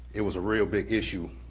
it was a real big issue.